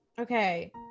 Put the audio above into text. Okay